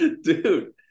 dude